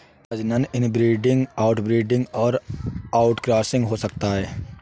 प्रजनन inbreeding, outbreeding और outcrossing हो सकता है